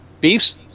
Beefs